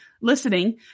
listening